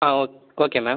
ah okay okay ma'am